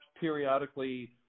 periodically